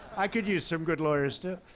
i could use some good lawyers too.